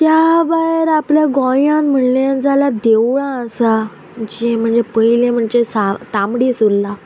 त्या भायर आपल्या गोंयान म्हणले जाल्या देवळां आसा जे म्हणजे पयले म्हणजे सा तांबडी सुर्ला